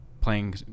playing